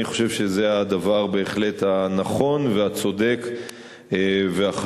אני חושב שזה הדבר בהחלט הנכון והצודק והחשוב,